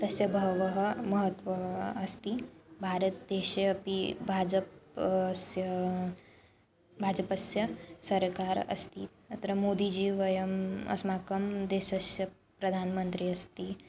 तस्य बहवः महत्त्वम् अस्ति भारतदेशे अपि भाजपस्य भाजपस्य सर्वकारः अस्ति अत्र मोदीजि वयम् अस्माकं देशस्य प्रधानमन्त्री अस्ति